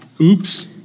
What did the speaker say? Oops